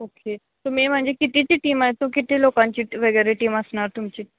okay तुम्ही म्हणजे कितीची टीम आहेत तू किती लोकांची वगैरे टीम असणार तुमची